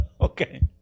Okay